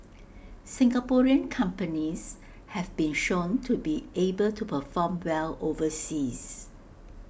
Singaporean companies have been shown to be able to perform well overseas